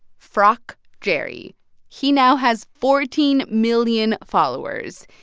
frockjerry. he now has fourteen million followers.